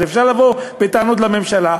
אז אפשר לבוא בטענות לממשלה,